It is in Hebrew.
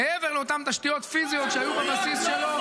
מעבר לאותן תשתיות פיזיות שהיו בבסיס שלו.